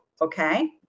Okay